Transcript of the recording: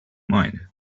mind